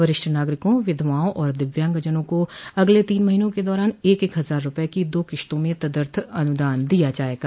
वरिष्ठ नागरिकों विधवाओं और दिव्यांगजनों को अगले तीन महीनों के दौरान एक एक हजार रूपये की दो किस्तों में तदर्थ अनुदान दिया जाएगा